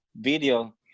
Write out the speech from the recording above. video